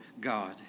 God